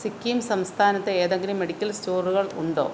സിക്കിം സംസ്ഥാനത്ത് ഏതെങ്കിലും മെഡിക്കൽ സ്റ്റോറുകൾ ഉണ്ടോ